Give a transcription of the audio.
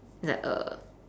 it's like uh